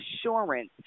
assurance